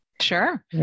Sure